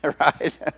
Right